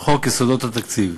לחוק יסודות התקציב,